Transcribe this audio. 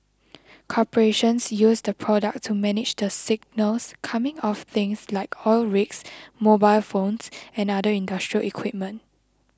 corporations use the product to manage the signals coming off things like oil rigs mobile phones and other industrial equipment